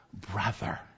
brother